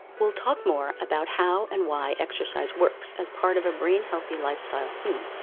we'll talk more about how and why exercise works as part of a brain healthy lifestyle soon,